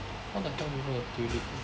how the hell do you draw a tulip